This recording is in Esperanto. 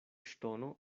ŝtono